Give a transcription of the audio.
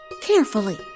Carefully